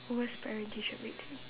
worst parent teacher meeting